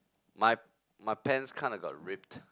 my my pants kinda got ripped